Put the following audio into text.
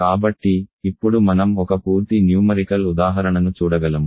కాబట్టి ఇప్పుడు మనం ఒక పూర్తి న్యూమరికల్ ఉదాహరణను చూడగలము